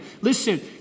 Listen